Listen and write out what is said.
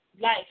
Life